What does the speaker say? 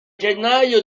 gennaio